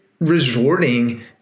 resorting